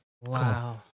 Wow